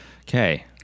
okay